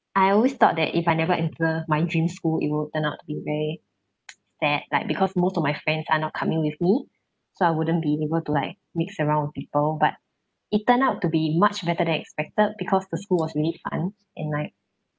I always thought that if I never enter my dream school it will turn out to be very sad like because most of my friends are not coming with me so I wouldn't be able to like mix around with people but it turned out to be much better than I expected because the school was really fun and like